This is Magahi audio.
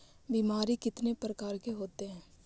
बीमारी कितने प्रकार के होते हैं?